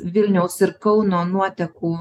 vilniaus ir kauno nuotekų